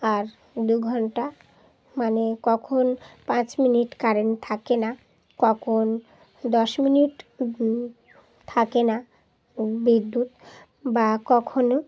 আর দু ঘণ্টা মানে কখন পাঁচ মিনিট কারেন্ট থাকে না কখন দশ মিনিট থাকে না বিদ্যুৎ বা কখনও